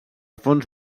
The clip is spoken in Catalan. fons